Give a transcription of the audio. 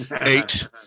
eight